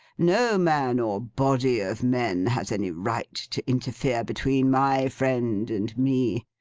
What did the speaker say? no man or body of men has any right to interfere between my friend and me.